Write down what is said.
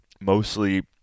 mostly